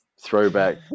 throwback